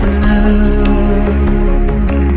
love